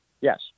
Yes